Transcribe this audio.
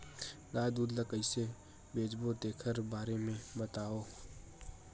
गाय दूध ल कइसे बेचबो तेखर बारे में बताओ?